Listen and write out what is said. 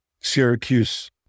Syracuse